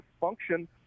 function